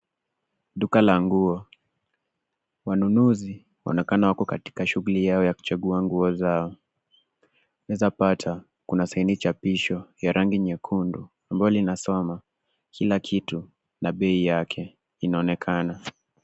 Duka la nguo, wanunuzi wanaonekana wako katika shugukia yao ya kichagua nguo zao. Unaeza pata kuna saini chapisho ya ragi nyekundu ambayo linasoma kila kitu na bei yake inaoekana.